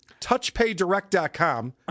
touchpaydirect.com